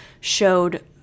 showed